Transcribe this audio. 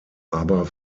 aber